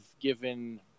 given